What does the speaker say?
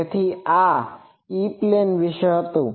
તેથી આ E plane વિશે હતું